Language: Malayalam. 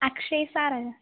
അക്ഷയ് സാറ്